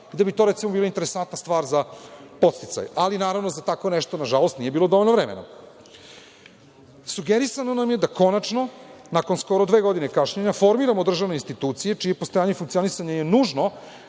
To bi bila recimo interesantna stvar za podsticaj, ali naravno za tako nešto nije bilo dovoljno vremena. Sugerisano nam je da nakon dve godine kašnjenja formiramo državne institucije čije postojanje funkcionisanja je nužno